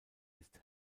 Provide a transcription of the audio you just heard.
ist